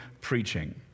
preaching